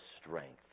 strength